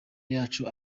yacu